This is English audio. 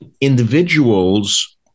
individuals